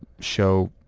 show